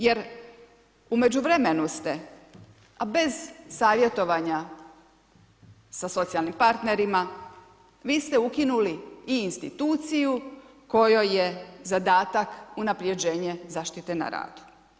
Jer u međuvremenu ste a bez savjetovanja sa socijalnim partnerima vi ste ukinuli i instituciju kojoj je zadatak unapređenje zaštite na radu.